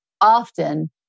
often